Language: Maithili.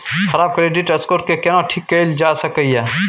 खराब क्रेडिट स्कोर के केना ठीक कैल जा सकै ये?